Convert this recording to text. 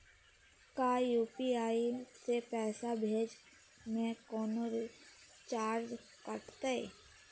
का यू.पी.आई से पैसा भेजे में कौनो चार्ज कटतई?